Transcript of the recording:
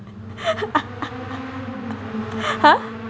!huh!